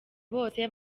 bose